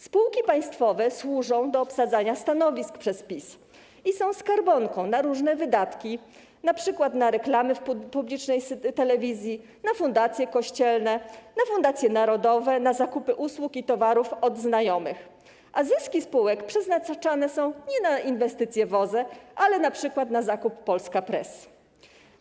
Spółki państwowe służą do obsadzania stanowisk przez PiS i są skarbonką ze środkami na różne wydatki, np. na reklamy w publicznej telewizji, na fundacje kościelne, na fundacje narodowe, na zakupy usług i towarów od znajomych, a zyski spółek przeznaczane są nie na inwestycje w OZE, ale np. na zakup Polska Press.